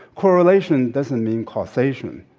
correlation doesn't mean causation.